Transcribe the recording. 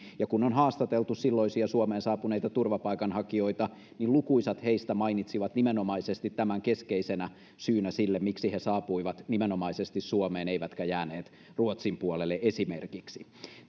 ja kun on haastateltu silloisia suomeen saapuneita turvapaikanhakijoita niin lukuisat heistä mainitsivat nimenomaisesti tämän keskeisenä syynä sille miksi he saapuivat nimenomaisesti suomeen eivätkä jääneet esimerkiksi ruotsin puolelle